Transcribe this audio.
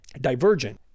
Divergent